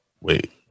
Wait